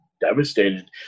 devastated